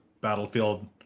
battlefield